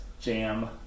jam